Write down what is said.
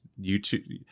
youtube